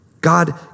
God